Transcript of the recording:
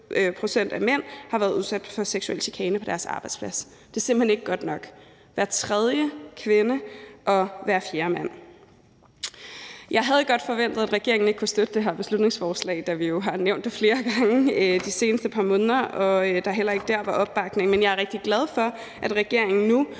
pct. af mænd har været udsat for seksuel chikane på deres arbejdsplads. Det er simpelt hen ikke godt nok. Det er hver tredje kvinde og hver fjerde mand. Jeg havde godt forventet, at regeringen ikke kunne støtte det her beslutningsforslag, da vi jo har nævnt det flere gange de seneste par måneder og der heller ikke dér var opbakning. Men jeg er rigtig glad for, at regeringen nu